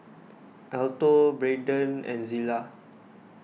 Alto Braydon and Zillah